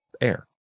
air